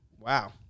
wow